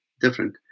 different